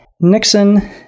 Nixon